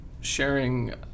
sharing